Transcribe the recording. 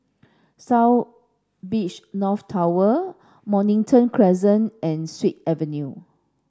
South Beach North Tower Mornington Crescent and Sut Avenue